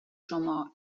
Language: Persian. شما